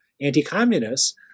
anti-communists